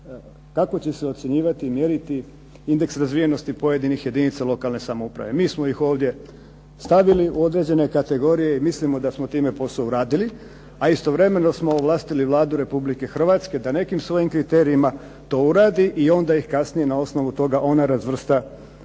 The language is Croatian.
kako će se ocjenjivati i mjeriti indeks razvijenosti pojedinih jedinica lokalne samouprave. Mi smo ih ovdje stavili u određene kategorije i mislimo da smo time posao uradili, a istovremeno smo ovlastili Vladu Republike Hrvatske da nekim svojim kriterijima to uradi i onda ih kasnije na osnovu toga ona razvrsta u te